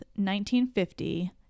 1950